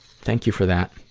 thank you for that.